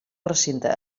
recinte